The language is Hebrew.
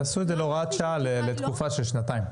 תעשו את זה להוראת שעה לתקופה של שנתיים.